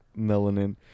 melanin